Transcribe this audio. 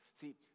See